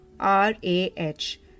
R-A-H